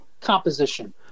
composition